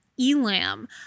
elam